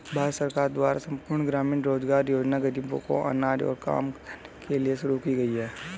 भारत सरकार द्वारा संपूर्ण ग्रामीण रोजगार योजना ग़रीबों को अनाज और काम देने के लिए शुरू की गई है